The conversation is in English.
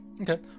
Okay